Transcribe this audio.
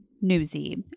Newsy